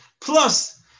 plus